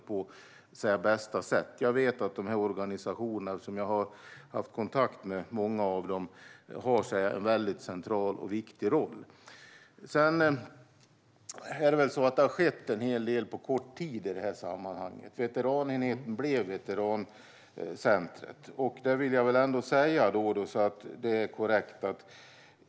Jag har haft kontakt med många av dessa organisationer och vet att de har en central och viktig roll. Det har skett en hel del på kort tid. Veteranenheten har blivit ett veterancenter.